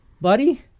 Buddy